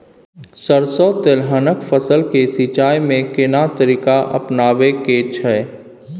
सरसो तेलहनक फसल के सिंचाई में केना तरीका अपनाबे के छै?